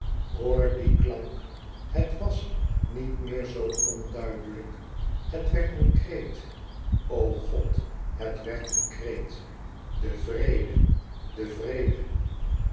hoor die klank het was niet meer zoo onduidelijk het werd een kreet o god het werd een kreet de vrede de vrede